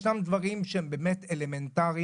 ישנם דברים שהם באמת אלמנטריים,